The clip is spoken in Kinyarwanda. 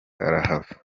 karahava